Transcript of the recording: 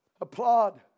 applaud